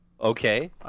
Okay